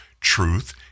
Truth